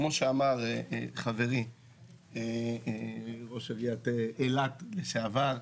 כמו שאמר חברי ראש עיריית אילת לשעבר,